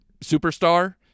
superstar